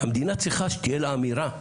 המדינה צריכה שתהיה לה אמירה.